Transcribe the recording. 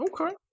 Okay